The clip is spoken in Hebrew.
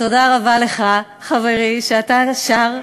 תודה רבה לך, חברי, שאתה שר.